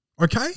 okay